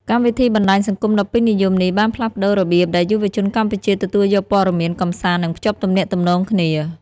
កម្មវិធីបណ្ដាញសង្គមដ៏ពេញនិយមនេះបានផ្លាស់ប្ដូររបៀបដែលយុវជនកម្ពុជាទទួលយកព័ត៌មាន កម្សាន្ត និងភ្ជាប់ទំនាក់ទំនងគ្នា។